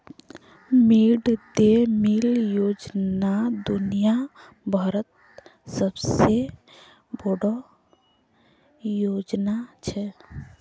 mid day meal योजना दुनिया भरत सबसे बोडो योजना छे